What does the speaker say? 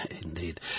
Indeed